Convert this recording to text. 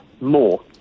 more